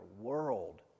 world